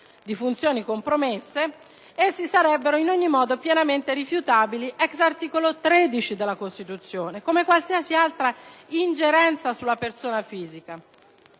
di funzioni compromesse - essi sarebbero in ogni modo pienamente rifiutabili, ex articolo 13 della Costituzione, come qualsiasi altra ingerenza sulla persona fisica;